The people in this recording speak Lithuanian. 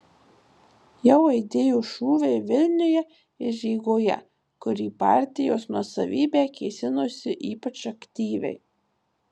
jau aidėjo šūviai vilniuje ir rygoje kur į partijos nuosavybę kėsinosi ypač aktyviai